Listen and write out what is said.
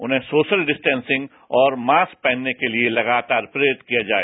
उन्हें social distancing और mask पहनने के लिए लगातार प्रेरित किया जाए